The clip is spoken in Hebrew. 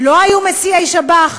לא היו מסיעי שב"ח?